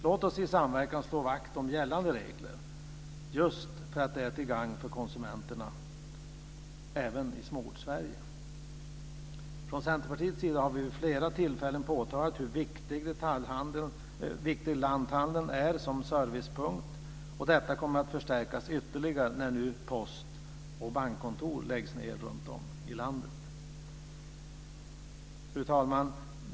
Låt oss i samverkan slå vakt om gällande regler, just för att de är till gagn för konsumenterna även i Småorts-Sverige! Från Centerpartiets sida har vi vid flera tillfällen påtalat hur viktig lanthandeln är som servicepunkt. Detta kommer att förstärkas ytterligare när nu postoch bankkontor läggs ned runtom i landet. Fru talman!